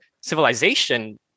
civilization